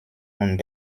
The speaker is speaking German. und